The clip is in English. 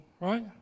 right